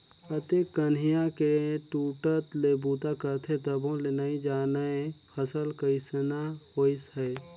अतेक कनिहा के टूटट ले बूता करथे तभो ले नइ जानय फसल कइसना होइस है